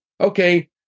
Okay